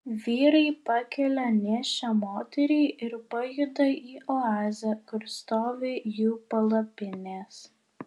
vyrai pakelia nėščią moterį ir pajuda į oazę kur stovi jų palapinės